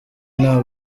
nta